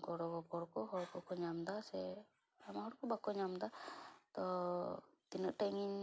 ᱜᱚᱲᱚ ᱜᱚᱯᱚᱲᱚ ᱠᱚ ᱦᱚᱲ ᱠᱚᱠᱚ ᱧᱟᱢ ᱮᱫᱟ ᱥᱮ ᱟᱭᱢᱟ ᱦᱚᱲ ᱠᱚ ᱵᱟᱠᱚ ᱧᱟᱢ ᱮᱫᱟ ᱛᱳ ᱛᱤᱱᱟᱹᱜ ᱴᱟ ᱤᱧᱤᱧ